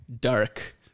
dark